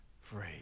free